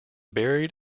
buried